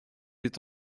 est